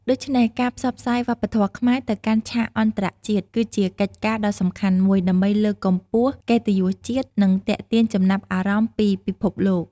ដូច្នេះ ការផ្សព្វផ្សាយវប្បធម៌ខ្មែរទៅកាន់ឆាកអន្តរជាតិ គឺជាកិច្ចការដ៏សំខាន់មួយ ដើម្បីលើកកម្ពស់កិត្តិយសជាតិ និងទាក់ទាញចំណាប់អារម្មណ៍ពីពិភពលោក។